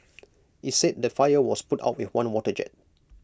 IT said the fire was put out with one water jet